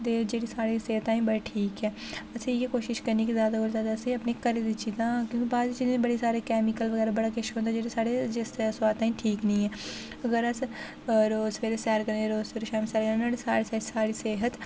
ते जेह्ड़ी साढ़ी सेह्त ताहीं बड़ी ठीक ऐ असें ई इ'यै कोशश करनी कि जादा कोला जादा असें अपने घरै दियां चीज़ां क्योंकि बाह्र दियां चीज़ां बड़े सारे केमिकल बगैरा बड़ा किश होंदा जेह्ड़े साढ़े इस स्वास्थ ताहीं ठीक निं ऐ अगर अस रोज़ सबैह्रे सैर करें रोज़ सबैह्रे शामीं सैर करने जेह्ड़े साढ़े साढ़ी सेह्त